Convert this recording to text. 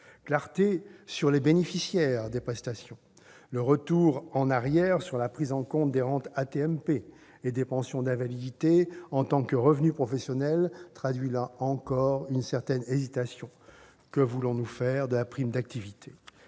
Clarté sur les bénéficiaires des prestations, ensuite. Le retour en arrière sur la prise en compte des rentes AT-MP et des pensions d'invalidité en tant que revenus professionnels traduit, là encore, une certaine hésitation. Que voulons-nous faire de la prime d'activité ?